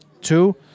two